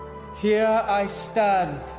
here i stand